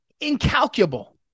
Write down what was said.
incalculable